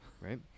right